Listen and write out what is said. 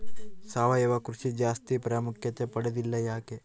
ಸಾವಯವ ಕೃಷಿ ಜಾಸ್ತಿ ಪ್ರಾಮುಖ್ಯತೆ ಪಡೆದಿಲ್ಲ ಯಾಕೆ?